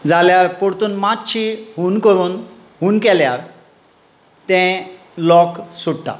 जाल्यार परतीन मातशी हून करून हून केल्यार तें लॉक सुट्टा